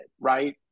right